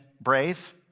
brave